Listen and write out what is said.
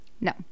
no